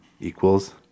equals